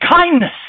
kindness